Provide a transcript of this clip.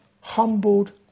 humbled